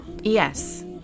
Yes